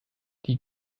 die